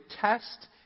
test